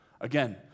Again